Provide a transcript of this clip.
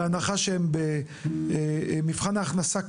בהנחה והם עומדים במבחן ההכנסה,